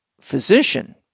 physician